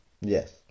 yes